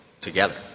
together